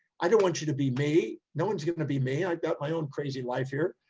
i don't want you to be me. no, one's going to be me. i got my own crazy life here.